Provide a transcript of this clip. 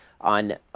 on